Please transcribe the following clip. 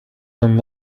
some